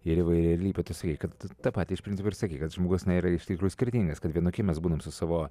ir įvairialypė tu sakei kad tą patį iš principo ir sakei kad žmogus nėra iš tikrųjų skirtingas kad vienokie mes būname su savo